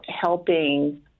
helping